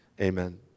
Amen